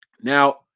Now